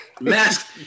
Mask